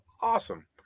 awesome